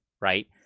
right